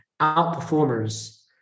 outperformers